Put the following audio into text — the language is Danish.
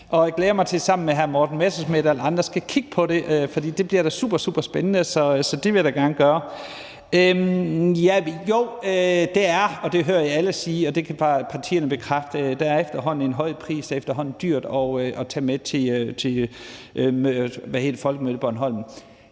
Jeg glæder mig til sammen med hr. Morten Messerschmidt og alle andre at kigge på det, for det bliver da superspændende. Så det vil jeg gerne gøre. Jo, der er efterhånden en høj pris – og det hører jeg alle sige, og det kan partierne bekræfte. Det er efterhånden dyrt at tage med til Folkemødet på Bornholm.